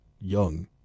young